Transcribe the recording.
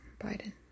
Biden